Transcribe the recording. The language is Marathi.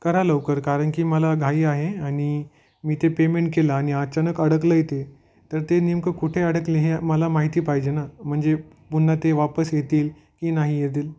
करा लवकर कारण की मला घाई आहे आणि मी ते पेमेंट केलं आणि अचानक अडकलं आहे ते तर ते नेमकं कुठे अडकले हे मला माहिती पाहिजे ना म्हणजे पुन्हा ते वापस येतील की नाही येतील